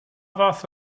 fath